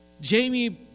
Jamie